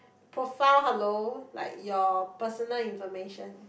profile hello like your personal information